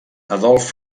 adolf